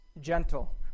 gentle